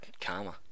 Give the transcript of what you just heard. karma